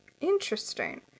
Interesting